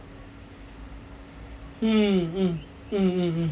mm mm mm mm mm